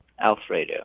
Alfredo